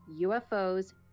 UFOs